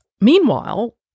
Meanwhile